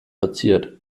verziert